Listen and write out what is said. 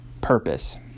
purpose